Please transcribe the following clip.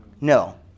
No